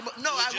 no